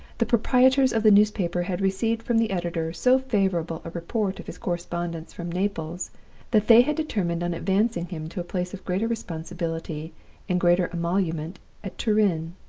the proprietors of the newspaper had received from the editor so favorable a report of his correspondence from naples that they had determined on advancing him to a place of greater responsibility and greater emolument at turin.